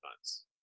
months